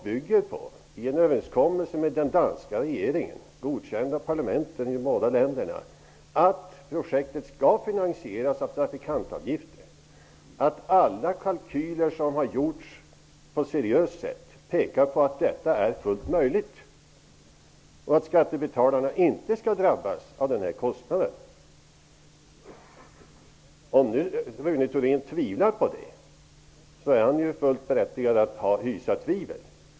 Det finns en överenskommelse med den danska regeringen, godkänd av parlamenten i de båda länderna. Alla kalkyler som har gjorts på ett seriöst sätt pekar på att detta är fullt möjligt och att skattebetalarna inte skall drabbas av denna kostnad. Om nu Rune Thorén tvivlar på detta är han fullt berättigad att hysa tvivel.